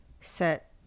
set